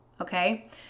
Okay